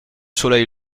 soleil